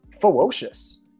ferocious